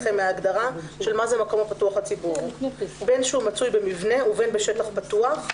בין שהוא מצוי במבנה ובין בשטח פתוח,